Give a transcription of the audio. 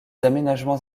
aménagements